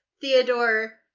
Theodore